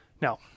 Now